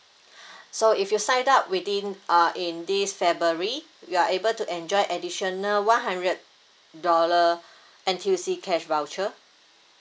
so if you signed up within uh in this february you are able to enjoy additional one hundred dollar N_U_C cash voucher